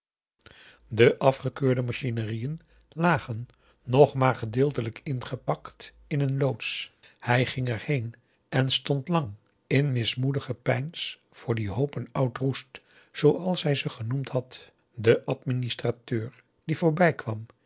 de afgekeurde machinerieën lagen nog maar gedeeltelijk ingepakt in een loods hij ging er heen en stond lang in mismoedig gepeins voor die hoopen oud roest zooals hij ze genoemd had de administrateur die voorbij kwam